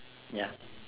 ya